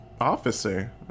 officer